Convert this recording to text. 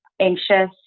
anxious